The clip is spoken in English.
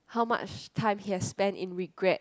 how much time he has spent in regret